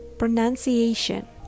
pronunciation